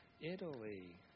Italy